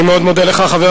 אני מודה לך.